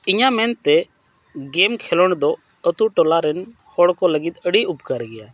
ᱤᱧᱟᱹᱜ ᱢᱮᱱᱛᱮ ᱠᱷᱮᱞᱳᱸᱰ ᱫᱚ ᱟᱛᱳᱼᱴᱚᱞᱟ ᱨᱮᱱ ᱦᱚᱲᱠᱚ ᱞᱟᱹᱜᱤᱫ ᱟᱹᱰᱤ ᱩᱯᱠᱟᱨ ᱜᱮᱭᱟ